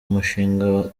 umushinga